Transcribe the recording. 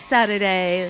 Saturday